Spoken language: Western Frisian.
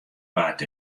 bard